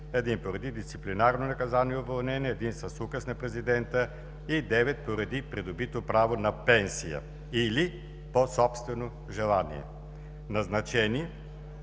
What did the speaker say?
един поради дисциплинарно наказание – уволнение, един с указ на президента и девет поради придобито право на пенсия или по собствено желание. Назначени